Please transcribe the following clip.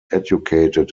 educated